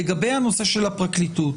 לגבי הנושא של הפרקליטות,